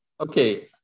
okay